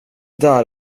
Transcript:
där